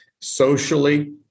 socially